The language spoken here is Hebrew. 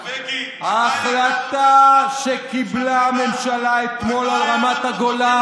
אתה הנורבגי ההחלטה שקיבלה הממשלה אתמול על רמת הגולן,